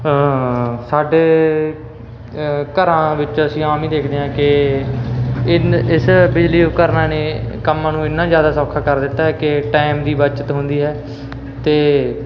ਸਾਡੇ ਘਰਾਂ ਵਿੱਚ ਅਸੀਂ ਆਮ ਹੀ ਦੇਖਦੇ ਆ ਕਿ ਇਨ ਇਸ ਬਿਜਲੀ ਉਪਕਰਨਾਂ ਨੇ ਕੰਮਾਂ ਨੂੰ ਇਨਾ ਜਿਆਦਾ ਸੌਖਾ ਕਰ ਦਿੱਤਾ ਕਿ ਟਾਈਮ ਦੀ ਬੱਚਤ ਹੁੰਦੀ ਹੈ ਤੇ